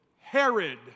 Herod